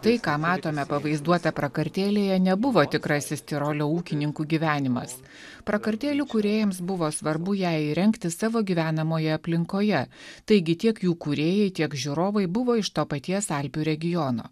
tai ką matome pavaizduotą prakartėlėje nebuvo tikrasis tirolio ūkininkų gyvenimas prakartėlių kūrėjams buvo svarbu ją įrengti savo gyvenamoje aplinkoje taigi tiek jų kūrėjai tiek žiūrovai buvo iš to paties alpių regiono